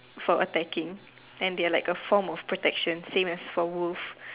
for attacking and they are like a form of protection same as for wolf